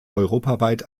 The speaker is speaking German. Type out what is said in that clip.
europaweit